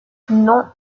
non